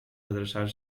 adreçar